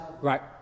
Right